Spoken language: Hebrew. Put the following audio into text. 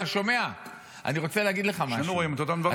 אתה שומע --- שנינו רואים את אותם דברים.